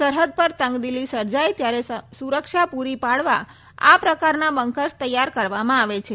સરહદ પર તંગદિલી સર્જાય ત્યારે સુરક્ષા પૂરી પાડવા આ પ્રકારના બંકર્સ તૈયાર કરવામાં આવે છે